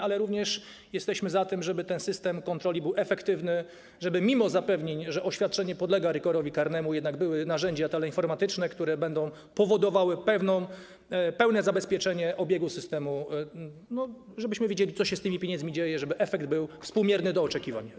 Jesteśmy również za tym, żeby ten system kontroli był efektywny, żeby mimo zapewnień, że oświadczenie podlega rygorowi karnemu, jednak były narzędzia teleinformatyczne, które będą powodowały pełne zabezpieczenie obiegu systemu, żebyśmy wiedzieli, co się z tymi pieniędzmi dzieje, żeby efekt był współmierny do oczekiwań.